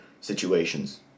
situations